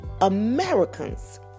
Americans